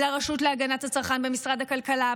לרשות להגנת הצרכן במשרד הכלכלה,